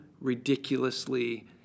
ridiculously